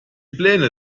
pläne